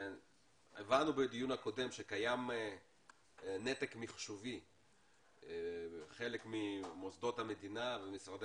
הבנו בדיון הקודם שקיים נתק מחשובי בחלק ממוסדות המדינה ומשרדי